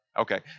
Okay